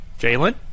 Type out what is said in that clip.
Jalen